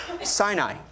Sinai